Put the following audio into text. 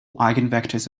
eigenvectors